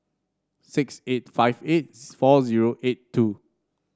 six eight five eight four zero eight two